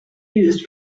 used